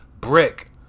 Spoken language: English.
brick